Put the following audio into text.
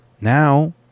Now